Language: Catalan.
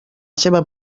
seva